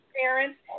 parents